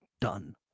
done